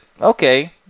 okay